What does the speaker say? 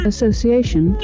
Association